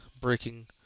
breaking